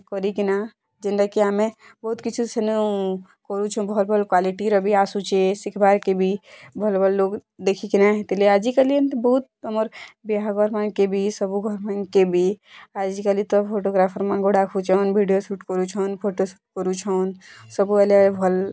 କରିକିନା ଯେନ୍ତା କି ଆମେ ବହୁତ୍ କିଛି ସେନୁ କରୁଁଛୁ ଭଲ୍ ଭଲ୍ କ୍ୱାଲିଟିର ବି ଆସୁଛେ ଶିଖବାର୍ କେ ବି ଭଲ୍ ଭଲ୍ ଲୋଗ୍ ଦେଖିକିନା ହେଥିଲାଗି ଆଜିକାଲି ଏମିତି ବହୁତ୍ ଆମର୍ ବିହାଘର୍ ମାନ୍କେ ବି ସବୁ ଘର୍ ମାନ୍କେ ବି ଆଜିକାଲି ତ ଫୋଟଗ୍ରାଫର୍ମାନ୍କୁ ଡ଼ାକୁଛନ୍ ଭିଡ଼ିଓ ସୁଟ୍ କରୁଛନ୍ ଫୋଟୋସୁଟ୍ କରୁଛନ୍ ସବୁଏଇଲେ ଭଲ୍